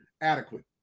adequate